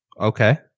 Okay